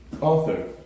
Author